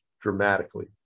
dramatically